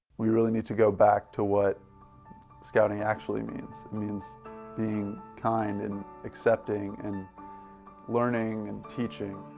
we really need to go back to what scouting actually means. it means being kind and accepting and learning and teaching.